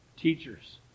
teachers